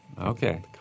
Okay